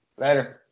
Later